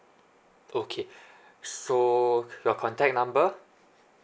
okay so your contact number